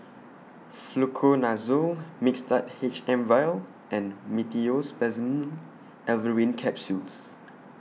Fluconazole Mixtard H M Vial and Meteospasmyl Alverine Capsules